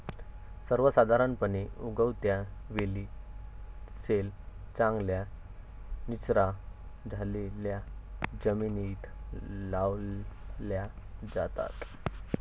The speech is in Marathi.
सर्वसाधारणपणे, उगवत्या वेली सैल, चांगल्या निचरा झालेल्या जमिनीत लावल्या जातात